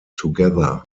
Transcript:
together